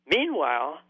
Meanwhile